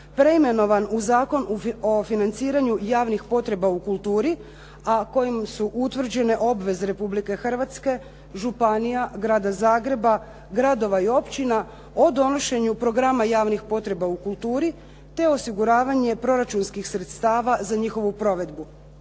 preimenovan u Zakon o financiranju javnih potreba u kulturi, a kojim su utvrđene obveze Republike Hrvatske, županija, Grada Zagreba, gradova i općina o donošenju programa javnih potreba u kulturi, te osiguravanje proračunskih sredstava za njihovu provedbu.